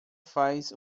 faz